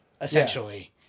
essentially